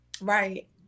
right